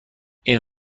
این